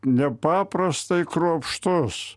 nepaprastai kruopštus